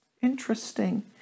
Interesting